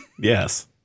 Yes